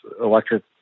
electric